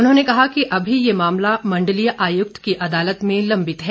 उन्होंने कहा कि अभी ये मामला मंडलीय आयुक्त की अदालत में लम्बित है